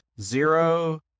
zero